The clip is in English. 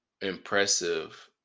impressive